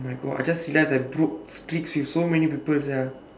oh my god I just realised at Brook street with so many people sia